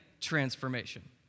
transformation